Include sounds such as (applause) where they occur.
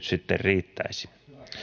(unintelligible) sitten riittäisi